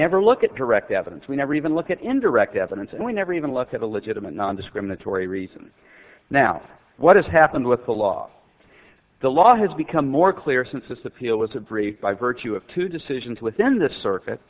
never look at direct evidence we never even look at indirect evidence and we never even look at a legitimate nondiscriminatory reason now what has happened with the law the law has become more clear since this appeal was a brief by virtue of two decisions within this circuit